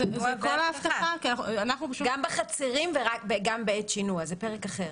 גם בחצרים וגם בעת שינוי, זה פרק אחר.